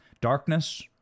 darkness